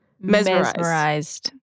mesmerized